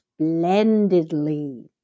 splendidly